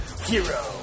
Hero